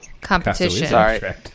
competition